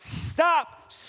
Stop